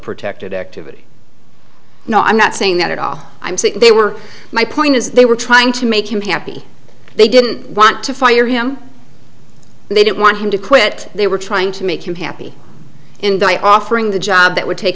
protected activity no i'm not saying that at all i'm saying they were my point is they were trying to make him happy they didn't want to fire him they didn't want him to quit they were trying to make you happy and i offering the job that would take